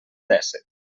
dèsset